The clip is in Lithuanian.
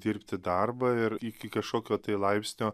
dirbti darbą ir iki kašokio tai laipsnio